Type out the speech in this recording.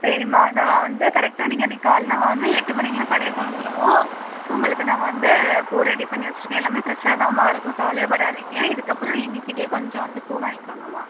சரிம்மா நான் வந்து கரெக்ட்டாக நீங்கள் அன்றைக்கி காலைல வாங்க எட்டு மணிக்கலாம் கடையை திறந்துருவோம் உங்களுக்கு நாங்கள் வந்து பூ ரெடி பண்ணி வச்சிருக்கேன் எல்லாமே ஃபிரெஷ்ஷாதாம்மா இருக்கும் கவலையே படாதிங்க இதுக்கு அப்புறம் எங்கள் கிட்டயே கொஞ்சம் வந்து பூ வாங்கிக்கோங்கம்மா